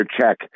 check